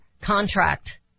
contract